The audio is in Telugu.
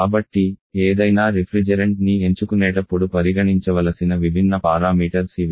కాబట్టి ఏదైనా రిఫ్రిజెరెంట్ని ఎంచుకునేటప్పుడు పరిగణించవలసిన విభిన్న పారామీటర్స్ ఇవి